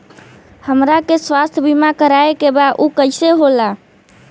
हमरा के स्वास्थ्य बीमा कराए के बा उ कईसे होला?